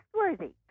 trustworthy